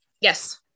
Yes